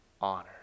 honor